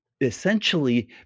essentially